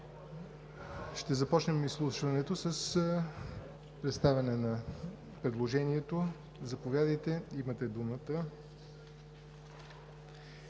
Ще започнем изслушването с представяне на предложението. Заповядайте – имате думата,